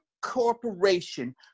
corporation